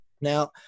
Now